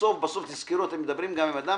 בסוף בסוף תיזכרו, אתם מדברים גם עם אדם